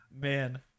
Man